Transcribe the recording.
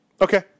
Okay